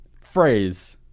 phrase